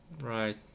Right